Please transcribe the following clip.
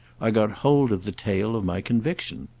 i got hold of the tail of my conviction.